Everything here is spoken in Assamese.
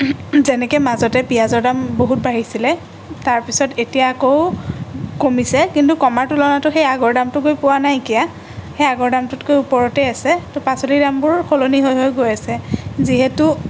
যেনেকৈ মাজতে পিঁয়াজৰ দাম বহুত বাঢ়িছিলে তাৰপিছত এতিয়া আকৌ কমিছে কিন্তু কমাৰ তুলনাটো সেই আগৰ দামটো গৈ পোৱা নাইকিয়া সেই আগৰ দামটোতকৈ ওপৰতে আছে তো পাচলিৰ দামবোৰো সলনি হৈ হৈ গৈ আছে যিহেতু